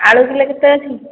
ଆଳୁ କିଲୋ କେତେ ଅଛି